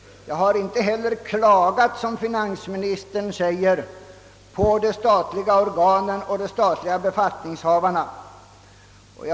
Jag har inte heller klagat — som finansministern säger — på de statliga organen och de statliga befattningshavarna.